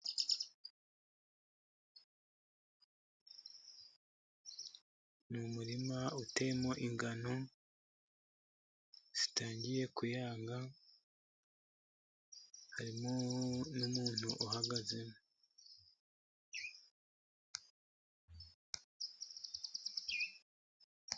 N'umurima uteyemo ingano zitangiye kuyanga, harimo n'umuntu uhagazemo.